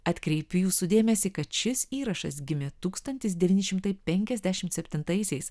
atkreipiu jūsų dėmesį kad šis įrašas gimė tūkstantis devyni šimtai penkiasdešimt septintaisiais